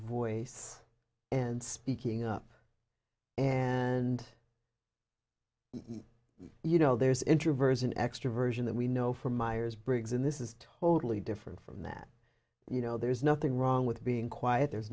voice and speaking up and you know there's introversion extroversion that we know from myers briggs and this is totally different from that you know there's nothing wrong with being quiet there's